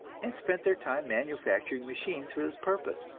and spent their time manufacturing machines for this purpose!